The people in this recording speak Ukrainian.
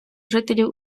жителів